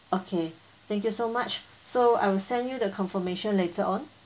okay thank you so much so I will send you the confirmation later on